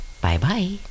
Bye-bye